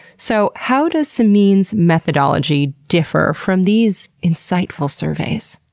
so, how does simine's methodology differ from these inciteful surveys?